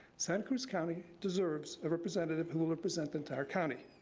santa cruz county deserves a representative who will represent the entire county.